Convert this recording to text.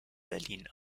berlin